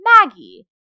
Maggie